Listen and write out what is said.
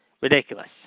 ridiculous